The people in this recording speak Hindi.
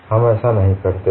हम ऐसा नहीं करते हैं